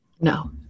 No